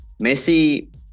Messi